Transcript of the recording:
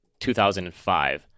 2005